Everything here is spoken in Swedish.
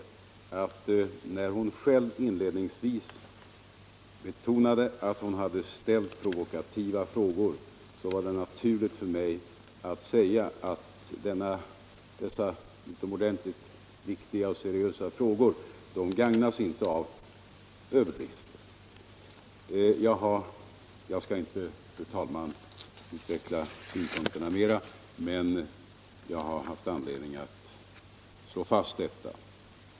När fru Kristensson själv inledningsvis betonade att hon hade ställt provokativa frågor var det naturligt för mig att säga, att dessa utomordentligt viktiga och seriösa frågor inte gagnas av överdrifter och denna debattuppläggning. Jag skall, fru talman, inte utveckla de synpunkterna mer, men jag har haft anledning att slå fast detta.